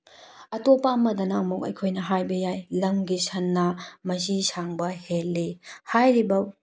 ꯑꯇꯣꯞꯄ ꯑꯃꯗꯅ ꯑꯃꯨꯛ ꯑꯩꯈꯣꯏꯅ ꯍꯥꯏꯕ ꯌꯥꯏ ꯂꯝꯒꯤ ꯁꯟꯅ ꯃꯆꯤ ꯁꯥꯡꯕ ꯍꯦꯜꯂꯤ ꯍꯥꯏꯔꯤꯕ